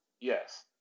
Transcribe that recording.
yes